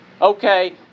Okay